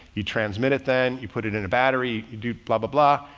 you transmit it, then you put it in a battery, you do blah, but blah,